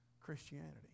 Christianity